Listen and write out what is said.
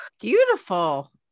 beautiful